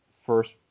first